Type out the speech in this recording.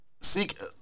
seek